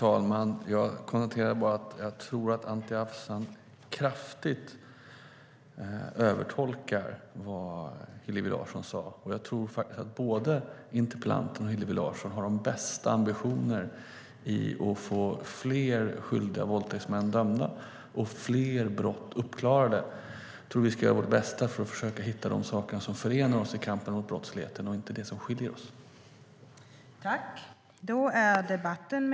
Fru talman! Jag tror att Anti Avsan kraftigt övertolkar vad Hillevi Larsson sade. Jag tror att både interpellanten och Hillevi Larsson har de bästa ambitioner för att få fler skyldiga våldtäktsmän dömda och fler brott uppklarade. Vi ska göra vårt bästa för att försöka hitta de saker som förenar oss i kampen mot brottsligheten och inte det som skiljer oss åt.